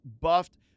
buffed